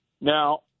Now